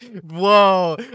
Whoa